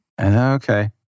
Okay